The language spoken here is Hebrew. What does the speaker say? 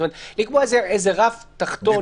זאת אומרת לקבוע איזשהו רף תחתון.